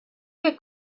que